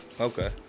Okay